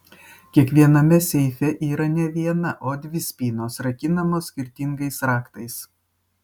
kiekviename seife yra ne viena o dvi spynos rakinamos skirtingais raktais